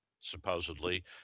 supposedly